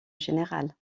général